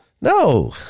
No